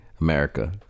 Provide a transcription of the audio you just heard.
America